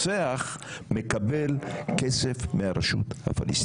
רצינו לעשות את זה מהר ולתת מענה מהיר,